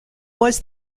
was